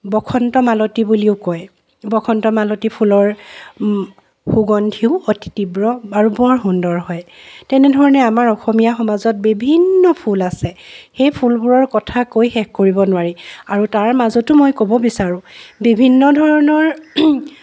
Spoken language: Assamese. বসন্ত মালতী বুলিও কয় বসন্ত মালতী ফুলৰ সুগন্ধিও অতি তীব্ৰ আৰু বৰ সুন্দৰ হয় তেনেধৰণে আমাৰ অসমীয়া সমাজত বিভিন্ন ফুল আছে সেই ফুলবোৰৰ কথা কৈ শেষ কৰিব নোৱাৰি আৰু তাৰ মাজতো মই ক'ব বিচাৰো বিভিন্ন ধৰণৰ